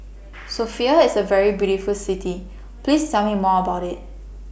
Sofia IS A very beautiful City Please Tell Me More about IT